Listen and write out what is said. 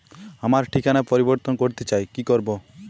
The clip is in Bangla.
আমার ঠিকানা পরিবর্তন করতে চাই কী করব?